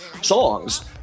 songs